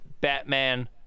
batman